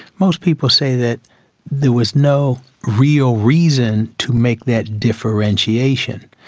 most people say that there was no real reason to make that differentiation,